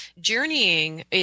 journeying